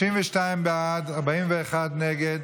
32 בעד, 41 נגד.